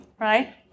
right